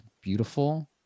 beautiful